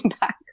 back